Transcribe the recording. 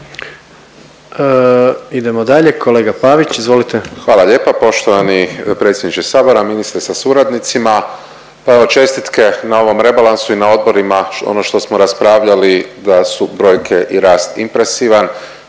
Idemo dalje, kolega Pavić izvolite. **Pavić, Marko (HDZ)** Hvala lijepa. Poštovani potpredsjedniče Sabora, ministre sa suradnicima. Pa evo čestitke na ovom rebalansu i na odborima ono što smo raspravljali da su brojke i rast impresivan,